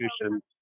institutions